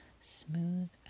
smooth